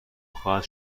خواهد